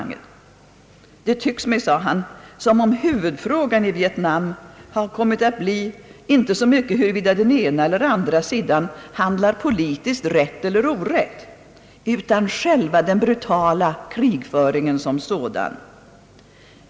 »Det tycks mig», sade han, »som om huvudfrågan i Vietnam har kommit att bli inte så mycket huruvida den ena eller den andra sidan handlar politiskt rätt eller orätt utan själva den brutala krigföringen som sådan.